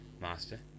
Master